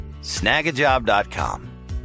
Snagajob.com